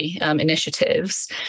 initiatives